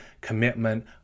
commitment